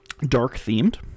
dark-themed